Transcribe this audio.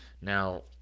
Now